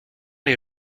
les